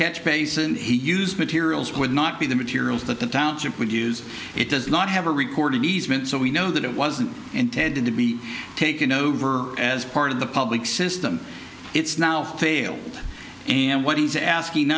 catch basin he used materials would not be the materials that the township would use it does not have a record easement so we know that it wasn't intended to be taken over as part of the public system it's now failed and what he's asking